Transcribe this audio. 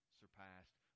surpassed